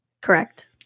Correct